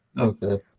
Okay